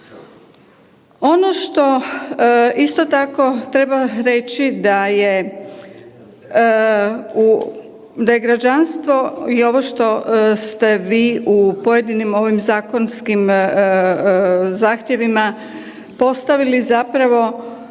Ono što isto tako treba reći da je u, da je građanstvo i ovo što ste vi u pojedinim ovim zakonskim zahtjevima postavili zapravo,